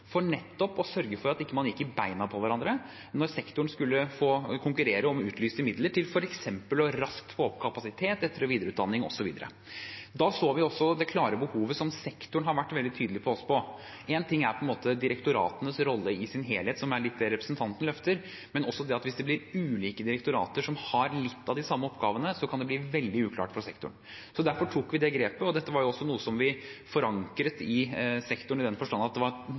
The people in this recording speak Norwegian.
for disse to direktoratene for nettopp å sørge for at man ikke gikk i beina på hverandre når sektoren skulle få konkurrere om utlyste midler til f.eks. raskt å få opp kapasitet, etter- og videreutdanning osv. Da så vi også det klare behovet, som sektoren også har vært veldig tydelig på. En ting er på en måte direktoratenes rolle i sin helhet, som er litt det representanten løfter, men også det at hvis det blir ulike direktorater som har litt av de samme oppgavene, kan det bli veldig uklart for sektoren. Derfor tok vi det grepet, og dette var også noe som vi forankret i sektoren i den forstand at det var